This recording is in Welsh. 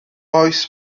oes